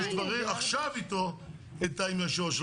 היום יום שלישי, י"ט בתמוז תשפ"א